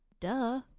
Duh